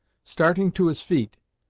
starting to his feet,